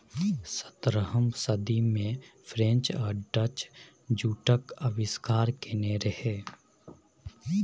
सतरहम सदी मे फ्रेंच आ डच जुटक आविष्कार केने रहय